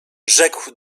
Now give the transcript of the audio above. rzekł